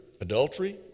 adultery